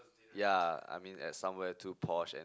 ya I mean at somewhere too posh and